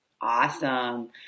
Awesome